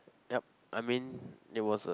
yup I mean it was a